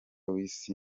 w’isi